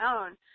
own